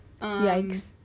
Yikes